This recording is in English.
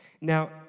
Now